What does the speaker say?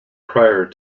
prior